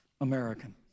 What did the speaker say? American